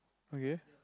okay